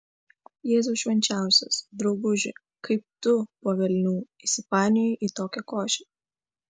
jėzau švenčiausias drauguži kaip tu po velnių įsipainiojai į tokią košę